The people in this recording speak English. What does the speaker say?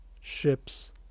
ships